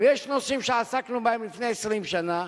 ויש נושאים שעסקנו בהם לפני 20 שנה,